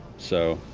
so.